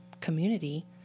community